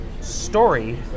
story